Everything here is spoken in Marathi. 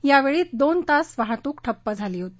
यावेळी दोनतास वाहतूक ठप्प झाली होती